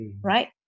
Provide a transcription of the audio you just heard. right